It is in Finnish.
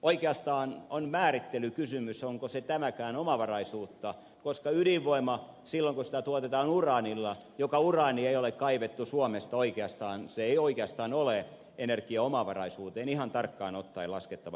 oikeastaan on määrittelykysymys onko tämäkään omavaraisuutta koska ydinvoima silloin kun sitä tuotetaan uraanilla jota ei ole oikeastaan kaivettu suomesta ei oikeastaan ole energiaomavaraisuuteen ihan tarkkaan ottaen laskettava määrä